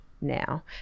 now